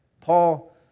Paul